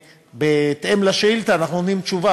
ובהתאם לשאילתה אנחנו נותנים תשובה.